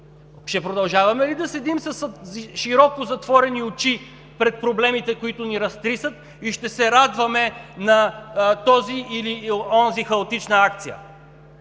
Ще продължаваме ли да седим с широко затворени очи пред проблемите, които ни разтрисат, ще се радваме на тази или на онази хаотична акция?